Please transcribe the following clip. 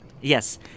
Yes